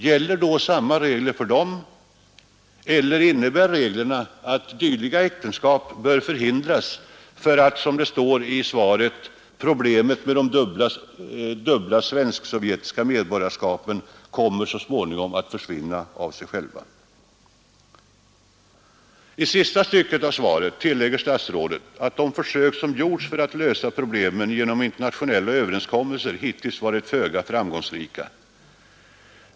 Gäller då samma regler för dem, eller innebär reglerna att dylika äktenskap bör förhindras så att problemet med de dubbla svensksovjetiska medborgarskapen kommer att så småningom försvinna av sig självt, som det heter i interpellationssvaret? I sista stycket av svaret tillägger statsrådet att de försök, som gjorts för att lösa problemet genom internationella överenskommelser, hittills varit föga framgångsrika.